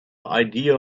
idea